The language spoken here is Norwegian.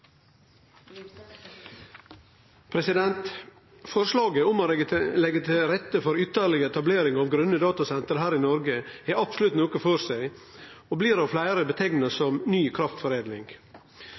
Forslaget om å leggje til rette for ytterlegare etablering av grøne datasenter her i Noreg har absolutt noko for seg og blir av fleire